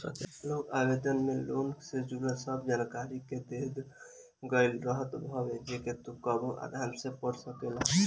loan आवेदन में loan से जुड़ल सब जानकरी के देहल गईल रहत हवे जेके तू कबो आराम से पढ़ सकेला